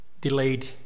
delayed